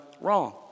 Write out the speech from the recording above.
wrong